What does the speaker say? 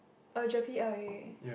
oh GERPE L_A